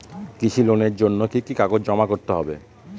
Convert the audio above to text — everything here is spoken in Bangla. কৃষি লোনের জন্য কি কি কাগজ জমা করতে হবে?